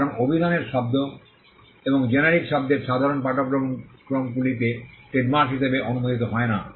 কারণ অভিধানের শব্দ এবং জেনেরিক শব্দের সাধারণ পাঠ্যক্রমগুলিতে ট্রেডমার্ক হিসাবে অনুমোদিত হয় না